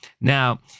now